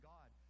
God